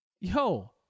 Yo